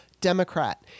Democrat